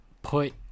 put